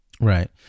Right